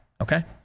okay